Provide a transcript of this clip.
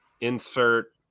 insert